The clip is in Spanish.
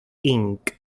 inc